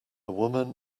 woman